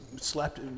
slept